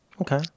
Okay